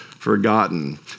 forgotten